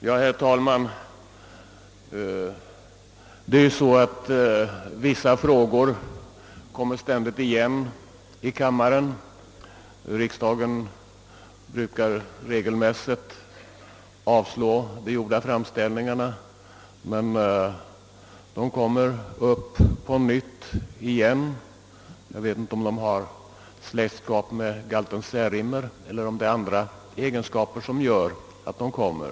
Herr talman! Vissa frågor kommer ständigt igen i kammaren — riksdagen brukar regelmässigt avslå de gjorda framställningarna, men de kommer upp på nytt. Jag vet inte om de har släkt skap med galten Särimner eller om det är andra egenskaper som gör att de återkommer.